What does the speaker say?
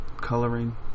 coloring